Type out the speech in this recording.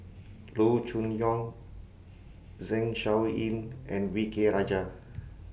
Loo Choon Yong Zeng Shouyin and V K Rajah